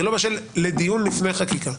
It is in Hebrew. זה לא בשל לדיון לפני חקיקה,